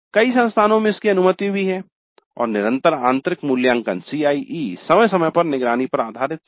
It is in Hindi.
कई संस्थानों में इसकी अनुमति भी है और निरंतर आंतरिक मूल्यांकन समय समय पर निगरानी पर आधारित है